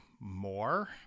more